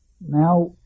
now